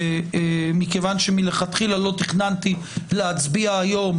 ומכיוון שמלכתחילה לא תכננתי להצביע היום,